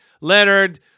Leonard